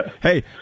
Hey